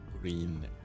green